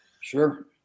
Sure